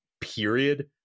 period